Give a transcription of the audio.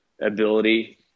ability